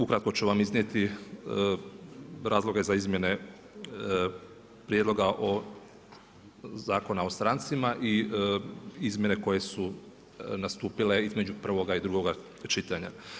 Ukratko ću vam iznijeti razloge za izmjene prijedloga Zakona o strancima i izmjene koje su nastupile između prvoga i drugoga čitanja.